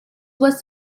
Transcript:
was